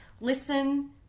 Listen